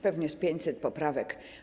Pewnie z 500 poprawek.